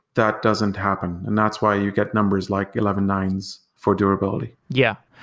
that doesn't happen and that's why you get numbers like eleven nine s for durability. yeah.